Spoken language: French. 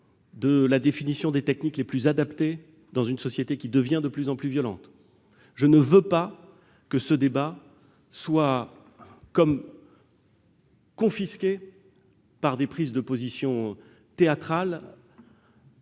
de la définition des techniques les plus adaptées dans une société qui devient de plus en plus violente soit confisqué par des prises de position théâtrales,